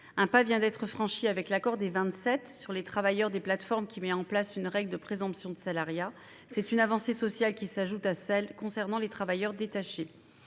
Un pas vient d'être franchi avec l'accord des Vingt-Sept sur les travailleurs des plateformes, qui instaure une règle de présomption de salariat. C'est une avancée sociale qui s'ajoute à celle qui est relative aux travailleurs détachés.